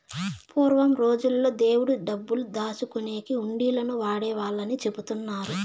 పూర్వం రోజుల్లో దేవుడి డబ్బులు దాచుకునేకి హుండీలను వాడేవాళ్ళని చెబుతున్నారు